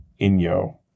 Inyo